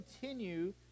continue